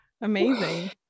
Amazing